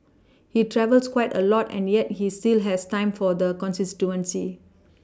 he travels quite a lot and yet he still has time for the constituency